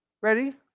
ready